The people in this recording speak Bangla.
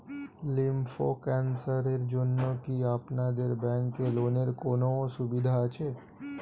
লিম্ফ ক্যানসারের জন্য কি আপনাদের ব্যঙ্কে লোনের কোনও সুবিধা আছে?